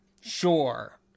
Sure